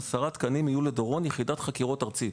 10 תקנים יהיו לדורון ליחידת חקירות ארצית.